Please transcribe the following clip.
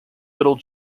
little